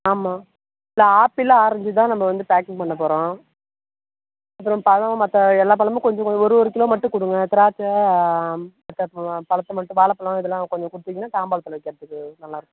ஆமாம் இல்லை apple orange தான் நம்ம வந்து பேக்கிங் பண்ணப் போகிறோம் அப்பறம் பழம் மற்ற எல்லா பழமும் கொஞ்சம் கொஞ்சம் ஒரு ஒரு கிலோ மட்டும் கொடுங்க திராட்சை பழத்த மட்டும் வாழைப்பலோம் இதலாம் கொஞ்சம் கொடுத்தீங்கன்னா தாம்பாளத்தில் வைக்கிறதுக்கு நல்லா இருக்கும்